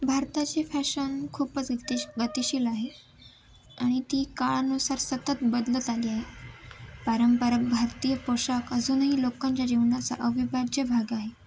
भारताची फॅशन खूपच इतिश गतिशील आहे आणि ती काळानुसार सतत बदलत आली आहे पारंपरिक भारतीय पोषाख अजूनही लोकांच्या जीवनाचा अविभाज्य भाग आहे